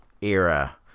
era